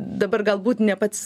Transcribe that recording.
dabar galbūt ne pats